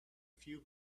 few